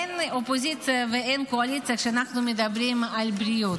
אין אופוזיציה ואין קואליציה כשאנחנו מדברים על בריאות.